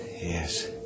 Yes